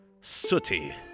Sooty